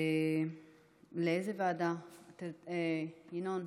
לאיזו ועדה, ינון?